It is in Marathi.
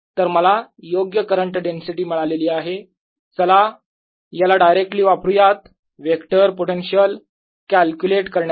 तर मला योग्य करंट डेन्सिटी मिळालेली आहे चला याला डायरेक्टली वापरुयात वेक्टर पोटेन्शिअल कॅल्क्युलेट करण्यासाठी